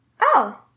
Oh